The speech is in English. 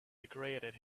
decorated